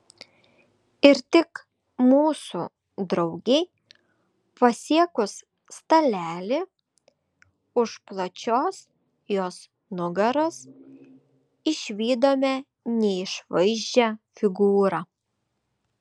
ir tik mūsų draugei pasiekus stalelį už plačios jos nugaros išvydome neišvaizdžią figūrą